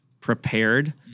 prepared